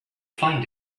find